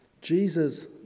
Jesus